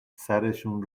سرشون